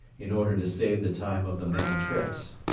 in order to save the time of the many trips.